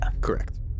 correct